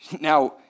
Now